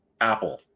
apple